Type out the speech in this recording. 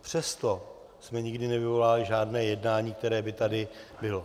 Přesto jsme nikdy nevyvolávali žádné jednání, které by tady bylo.